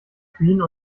queen